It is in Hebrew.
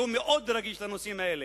שהוא מאוד רגיש לנושאים האלה,